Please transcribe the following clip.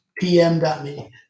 pm.me